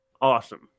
Awesome